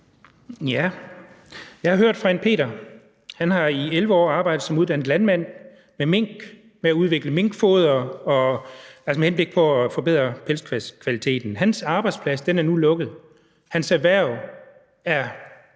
Jeg har hørt fra en Peter, som i 11 år har arbejdet som uddannet landmand med mink, med at udvikle minkfoder med henblik på at forbedre pelskvaliteten. Hans arbejdsplads er nu lukket, hans erhverv er